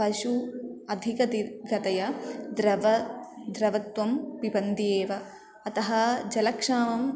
पशुः अधिकाधिकतया द्रवः द्रवत्वं पिबन्ति एव अतः जलक्षामः